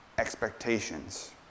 expectations